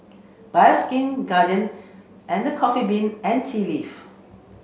Bioskin Guardian and The Coffee Bean and Tea Leaf